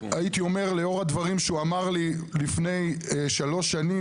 הייתי אומר לאור הדברים שהוא אמר לי לפני שלוש שנים,